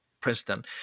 Princeton